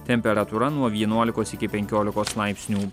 temperatūra nuo vienuolikos iki penkiolikos laipsnių